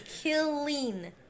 killing